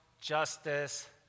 justice